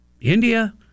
India